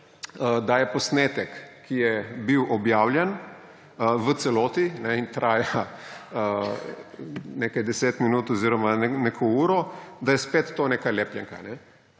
da je posnetek, ki je bil objavljen v celoti in traja nekaj deset minut oziroma neko uro, da je spet to neka lepljenka.